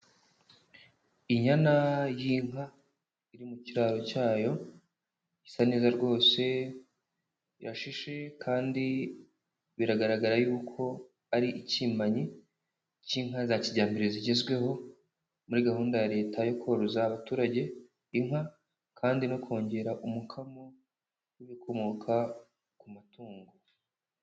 Inyana y'inka iri mu kiraro cyayo, isa neza rwose irashishe kandi biragaragara yuko ari ikimanyi k'inka za kijyambere zigezweho, muri gahunda ya leta yo koroza abaturage inka kandi no kongera umukamo w'ibikomoka ku matungo.